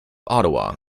ottawa